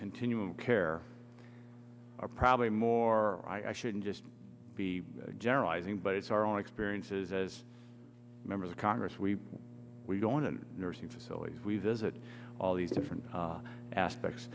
continuum of care are probably more i shouldn't just be generalizing but it's our own experiences as members of congress we we don't and nursing facilities we visit all these different aspects